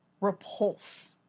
repulse